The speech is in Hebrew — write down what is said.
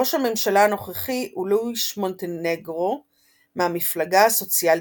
ראש הממשלה הנוכחי הוא לואיש מונטנגרו מהמפלגה הסוציאל-דמוקרטית.